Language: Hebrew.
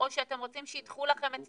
או שאתם רוצים שידחו לכם את